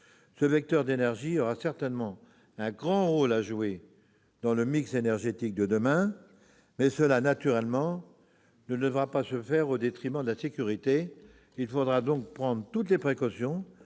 Ce vecteur d'énergie aura certainement un grand rôle à jouer dans le mix énergétique de demain ; naturellement, cette transformation ne devra pas être accomplie au détriment de la sécurité. Il faudra donc prendre toutes les précautions